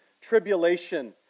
tribulation